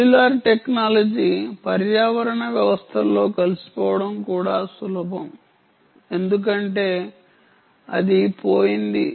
cellular technology పర్యావరణ వ్యవస్థల్లో కలిసిపోవటం కూడా సులభం ఎందుకంటే అది పోయింది